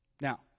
Now